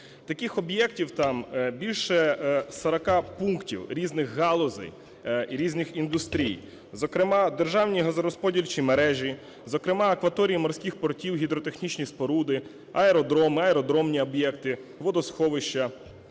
Таких об'єктів, там, більше 40 пунктів різних галузей і різних індустрій. Зокрема, державні газорозподільчі мережі, зокрема, акваторії морських портів, гідротехнічні споруди, аеродроми, аеродромні об'єкти, водосховища